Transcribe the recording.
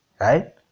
right